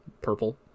purple